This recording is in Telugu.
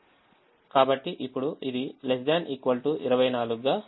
కాబట్టి ఇప్పుడు ఇది ≤ 24 గా ఉండాలి